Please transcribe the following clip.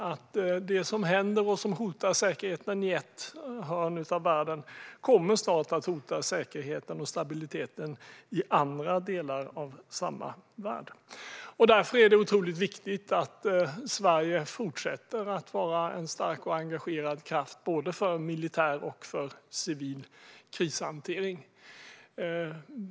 Det som händer och som hotar säkerheten i ett hörn av världen kommer snart att hota säkerheten och stabiliteten i andra delar av världen. Därför är det otroligt viktigt att Sverige fortsätter att vara en stark och engagerad kraft för både militär och civil krishantering.